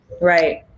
Right